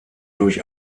durch